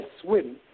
swim